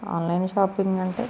online shopping అంటే